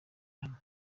hano